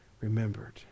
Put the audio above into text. remembered